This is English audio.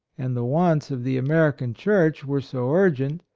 and the wants of the american church were so urgent,